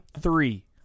three